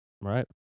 Right